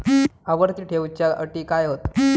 आवर्ती ठेव च्यो अटी काय हत?